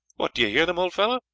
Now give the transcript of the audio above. what! do you hear them, old fellow?